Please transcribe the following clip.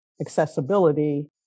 accessibility